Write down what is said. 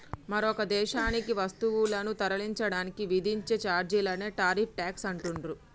మరొక దేశానికి వస్తువులను తరలించడానికి విధించే ఛార్జీలనే టారిఫ్ ట్యేక్స్ అంటుండ్రు